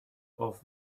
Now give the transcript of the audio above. off